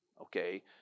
okay